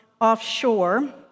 offshore